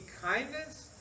kindness